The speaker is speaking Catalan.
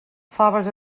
faves